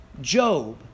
Job